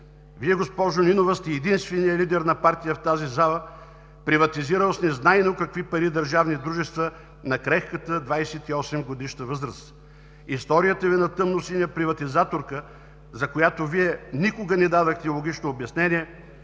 Вие, госпожо Нинова, сте единственият лидер на партия в тази зала, приватизирал с незнайно какви пари държавни дружества на крехката 28-годишна възраст. Историята Ви на тъмносиня приватизаторка, за която Вие никога на дадохте логично обяснение,